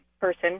person